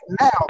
now